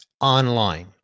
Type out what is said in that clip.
online